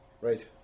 Right